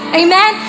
amen